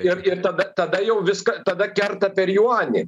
ir ir tada tada jau viską tada kerta per juanį